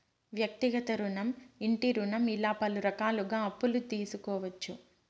వ్యక్తిగత రుణం ఇంటి రుణం ఇలా పలు రకాలుగా అప్పులు తీసుకోవచ్చు